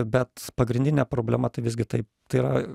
bet pagrindinė problema tai visgi taip tai yra